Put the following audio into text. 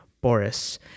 Boris